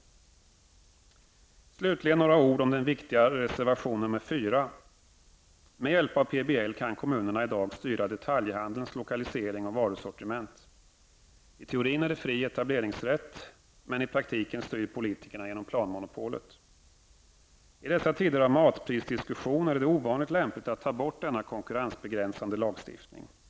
Slutligen några ord om den viktiga reservationen nr 4. Med hjälp av PBL kan kommunerna i dag styra detaljhandelns lokalisering och varusortement. I teorin är det fri etableringsrätt men i praktiken styr politikerna genom planmonopolet. I dessa tider av matprisdiskussioner är det ovanligt lämpligt att ta bort denna konkurrensbegränsande lagstiftning.